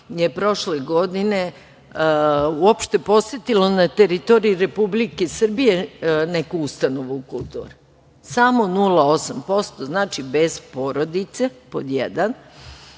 je prošle godine uopšte posetilo na teritoriji Republike Srbije neku ustanovu kulture. Samo 0,8%!Znači, bez porodice pod